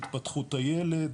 התפתחות הילד,